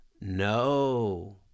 No